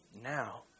Now